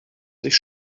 sich